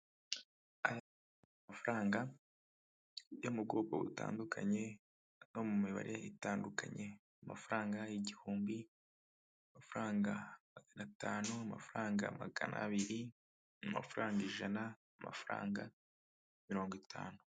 Amafaranga yo mu bwoko butandukanye, no mu mibare itandukanye, amafaranga igihumbi, amafaranga magana atanu, amafaranga magana abiri, amafaranga ijana, amafaranga mirongo itanu.